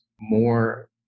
More